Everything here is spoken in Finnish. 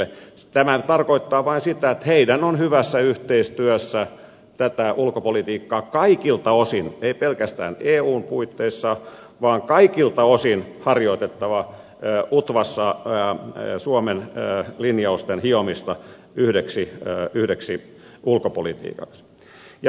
tämä tarkoittaa vain sitä että heidän on hyvässä yhteistyössä kaikilta osin ei pelkästään eun puitteissa vaan ulkopolitiikkaa kaikilta osin harjoitettava utvassa suomen linjausten hiomista yhdeksi ulkopolitiikaksi